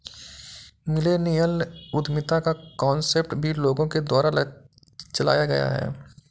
millennial उद्यमिता का concept भी लोगों के द्वारा चलाया गया है